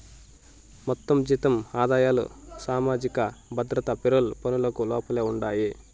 మొత్తం జీతం ఆదాయాలు సామాజిక భద్రత పెరోల్ పనులకు లోపలే ఉండాయి